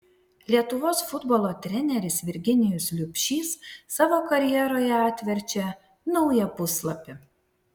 lietuvos futbolo treneris virginijus liubšys savo karjeroje atverčia naują puslapį